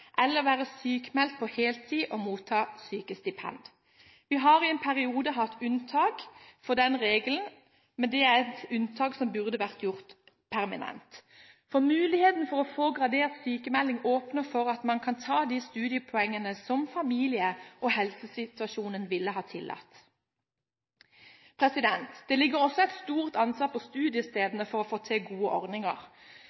eller være sykemeldt på heltid og motta sykestipend. Vi har i en periode hatt unntak fra denne regelen, men det er et unntak som burde vært gjort permanent. Muligheten for å få gradert sykemelding åpner for at en kan ta de studiepoengene som familie- og helsesituasjonen ville ha tillatt. Det ligger også et stort ansvar på